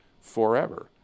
forever